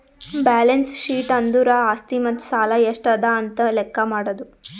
balance sheet ಅಂದುರ್ ಆಸ್ತಿ ಮತ್ತ ಸಾಲ ಎಷ್ಟ ಅದಾ ಅಂತ್ ಲೆಕ್ಕಾ ಮಾಡದು